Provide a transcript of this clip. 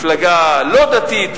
מפלגה לא דתית,